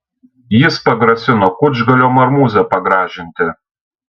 jis pagrasino kučgalio marmūzę pagražinti